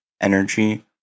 energy